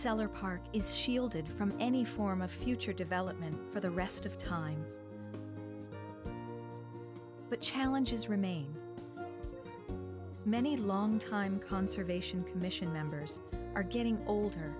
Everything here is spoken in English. seller park is shielded from any form of future development for the rest of time but challenges remain many long time conservation commission members are getting older